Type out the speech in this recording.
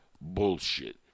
bullshit